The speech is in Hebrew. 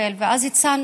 מזמינה אותך.